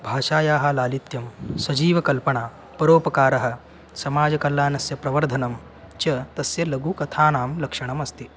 भाषायाः लालित्यं सजीवकल्पना परोपकारः समाजकल्याणस्य प्रवर्धनं च तस्य लघुकथानां लक्षणम् अस्ति